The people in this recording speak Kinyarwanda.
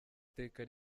teka